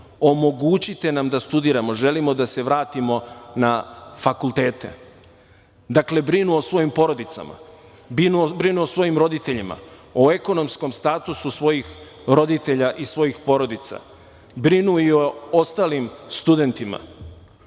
omogućite nam da studiramo, želimo da se vratimo na fakultete. Dakle, brinu o svojim porodicama, brinu o svojim roditeljima, o ekonomskom statusu svojih roditelja i svojih porodica. Brinu i o ostalim studentima,